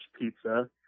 pizza